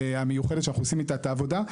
המיוחדת שאנחנו עושים איתה את העבודה,